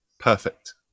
Perfect